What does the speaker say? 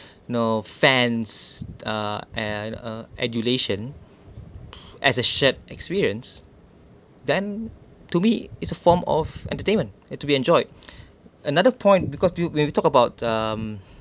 you know fans uh and uh a duration as a shared experience then to me is a form of entertainment it to be enjoyed another point because when when we talk about um